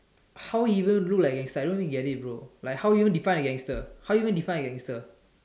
how he even look like gangster I don't get it bro like how you even define a gangster how you even define a gangster